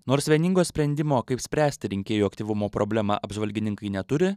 nors vieningo sprendimo kaip spręsti rinkėjų aktyvumo problema apžvalgininkai neturi